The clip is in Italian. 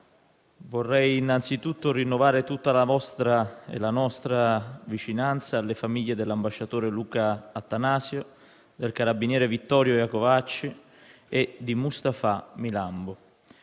vorrei innanzitutto rinnovare tutta la vostra e la nostra vicinanza alle famiglie dell'ambasciatore Luca Attanasio, del carabiniere Vittorio Iacovacci e di Mustapha Milambo.